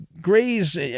graze